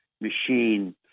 machine